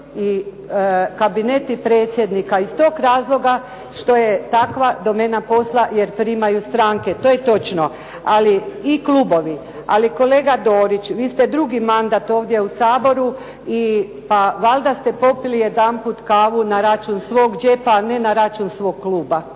i kabineti predsjednika iz tog razloga što je takva domena posla, jer primaju stranke. To je točno, ali i klubovi. Ali kolega Dorić vi ste drugi mandat ovdje u Saboru i pa valjda ste popili jedanput kavu na račun svog džepa, a ne na račun svog kluba.